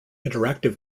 interactive